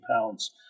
pounds